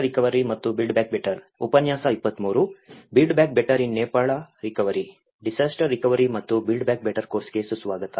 disaster recovery ಮತ್ತು build back better ಕೋರ್ಸ್ಗೆ ಸುಸ್ವಾಗತ